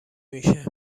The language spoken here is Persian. میشه